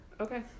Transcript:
Okay